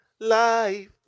Life